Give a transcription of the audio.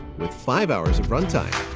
with five hours of run time.